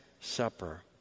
supper